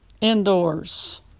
Indoors